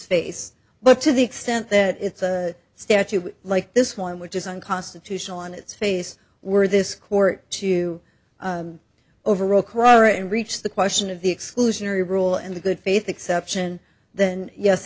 face but to the extent that it's a statute like this one which is unconstitutional on its face were this court to overrule kora and reach the question of the exclusionary rule and the good faith exception then yes